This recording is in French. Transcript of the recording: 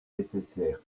nécessaire